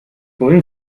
bullen